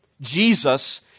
Jesus